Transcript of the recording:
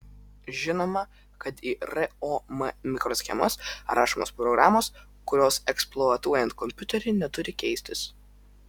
žinoma kad į rom mikroschemas rašomos programos kurios eksploatuojant kompiuterį neturi keistis